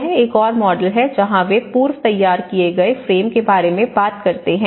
यह एक और मॉडल है जहां वे पूर्व तैयार किए गए फ़्रेम के बारे में बात करते हैं